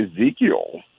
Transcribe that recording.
Ezekiel